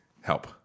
help